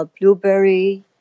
blueberry